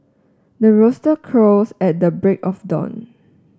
the rooster crows at the break of dawn